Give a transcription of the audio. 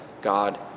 God